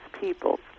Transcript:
people